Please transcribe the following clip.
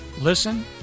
Listen